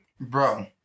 Bro